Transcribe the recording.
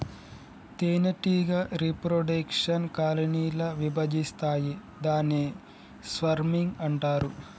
తేనెటీగ reproduction colony ల విభజిస్తాయి దాన్ని స్వర్మింగ్ అంటారు